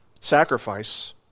sacrifice